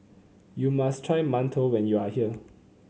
you must try mantou when you are here